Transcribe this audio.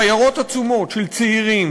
שיירות עצומות של צעירים,